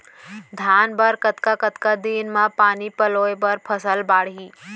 धान बर कतका कतका दिन म पानी पलोय म फसल बाड़ही?